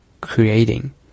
creating